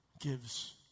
gives